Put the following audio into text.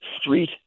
street